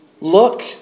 Look